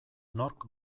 nork